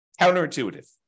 Counterintuitive